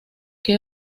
que